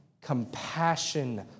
Compassion